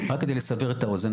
רק כדי לסבר את האוזן,